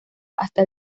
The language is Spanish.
hasta